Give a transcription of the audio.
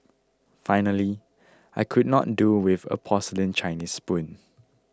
finally I could not do with a porcelain Chinese spoon